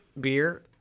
beer